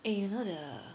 eh you know the